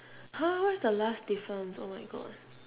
!huh! what's the last difference oh my god